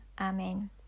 Amen